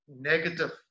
Negative